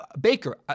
Baker